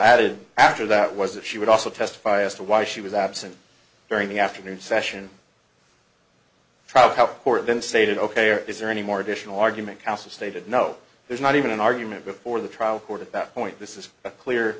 added after that was that she would also testify as to why she was absent during the afternoon session trial court then stated ok or is there any more additional argument counsel stated no there's not even an argument before the trial court at that point this is a clear